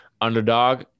underdog